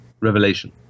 revelation